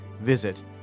Visit